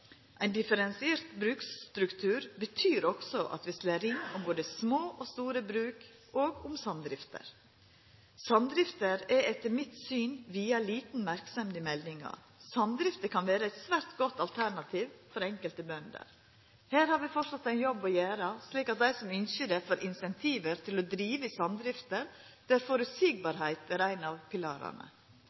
Ein differensiert bruksstruktur betyr også at vi slår ring om både små og store bruk og om samdrifter. Samdrifter er etter mitt syn vist lita merksemd i meldinga. Det kan vera eit svært godt alternativ for enkelte bønder. Her har vi framleis ein jobb å gjera, slik at dei som ønskjer det, får incentiv til å driva i samdrifter der det føreseielege er ein av pilarane.